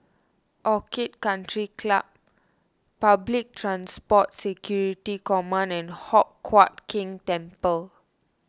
Orchid Country Club Public Transport Security Command and Hock Huat Keng Temple